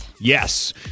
Yes